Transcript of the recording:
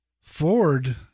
Ford